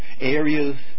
areas